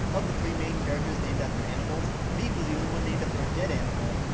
of the three main characters named after animals, beef was the only one named after a dead animal.